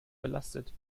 belastet